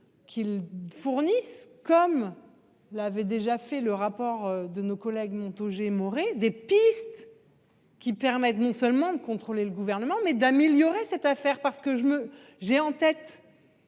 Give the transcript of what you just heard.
Qu'ils fournissent. Comme l'avait déjà fait le rapport de nos collègues Montaugé Maurer des pistes. Qui permettent non seulement de contrôler le gouvernement mais d'améliorer cette affaire parce que je me j'ai en tête.